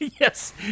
yes